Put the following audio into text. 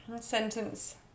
sentence